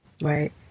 Right